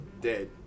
dead